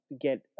get